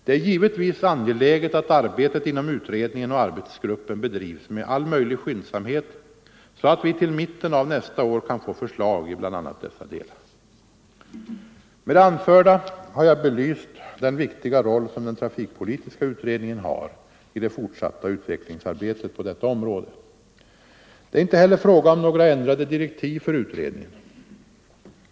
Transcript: Det är givetvis angeläget att arbetet inom utredningen och arbetsgruppen bedrivs med all möjlig skyndsamhet så att vi till mitten av nästa år kan få förslag i bl.a. dessa delar. Med det anförda har jag belyst den viktiga roll som den trafikpolitiska utredningen har'i det fortsatta utvecklingsarbetet på detta område. Det är inte heller fråga om några ändrade direktiv för utredningen.